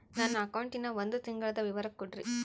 ನನ್ನ ಅಕೌಂಟಿನ ಒಂದು ತಿಂಗಳದ ವಿವರ ಕೊಡ್ರಿ?